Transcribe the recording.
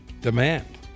demand